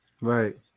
right